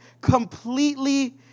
completely